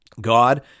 God